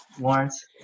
Lawrence